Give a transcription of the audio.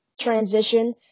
transition